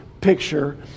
picture